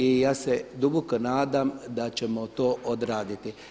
I ja se duboko nadam da ćemo to odraditi.